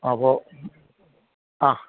അപ്പോൾ ആ